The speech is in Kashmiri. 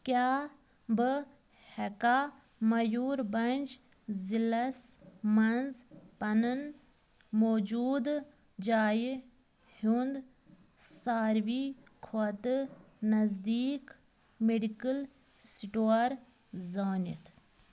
کیٛاہ بہٕ ہٮ۪کا مَیوٗر بھنٛج ضلعس مَنٛز پنُن موجوٗدٕ جایہِ ہُنٛد ساروی کھۄتہٕ نزدیٖک مٮ۪ڈِکٕل سِٹور زٲنِتھ